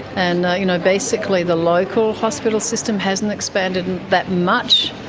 and you know basically the local hospital system hasn't expanded that much